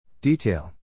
Detail